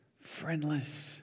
friendless